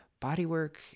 bodywork